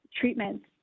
treatments